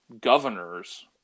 governors